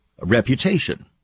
Reputation